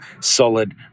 solid